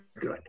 good